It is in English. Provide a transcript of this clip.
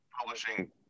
publishing